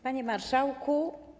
Panie Marszałku!